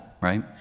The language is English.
right